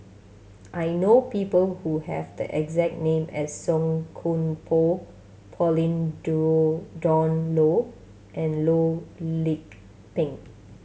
I know people who have the exact name as Song Koon Poh Pauline due Dawn Loh and Loh Lik Peng